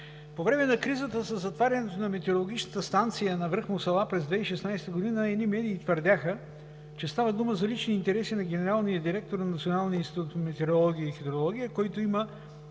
По време на кризата със затварянето на метеорологичната станция на връх Мусала през 2016 г. едни медии твърдяха, че става дума за лични интереси на генералния директор на Националния институт по метеорология и хидрология, който има